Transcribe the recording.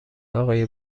آقای